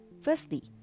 Firstly